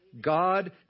God